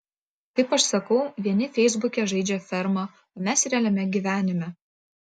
kaip aš sakau vieni feisbuke žaidžia fermą o mes realiame gyvenime